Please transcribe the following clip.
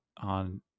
on